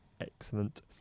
excellent